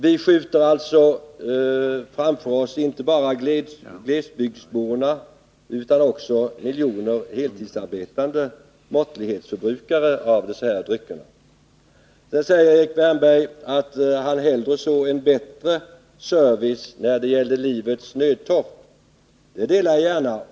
Vi skjuter alltså framför oss inte bara glesbygdsborna, utan också miljoner heltidsarbetande måttlighetsförbrukare av dessa drycker. Erik Wärnberg säger att han hellre ser en bättre service när det gäller livets nödtorft. Den uppfattningen delar jag gärna.